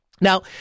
Now